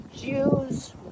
Jews